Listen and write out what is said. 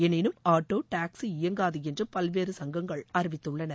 எனினும் auto taxi இயங்காது என்று பல்வேறு சங்கங்கள் அறிவித்துள்ளன